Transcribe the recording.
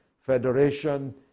Federation